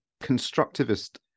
constructivist